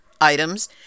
items